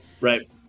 Right